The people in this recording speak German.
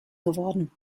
geworden